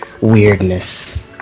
weirdness